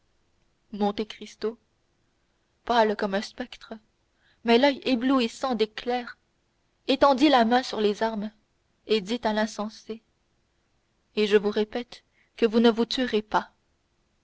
pistolets monte cristo pâle comme un spectre mais l'oeil éblouissant d'éclairs étendit la main sur les armes et dit à l'insensé et je vous répète que vous ne vous tuerez pas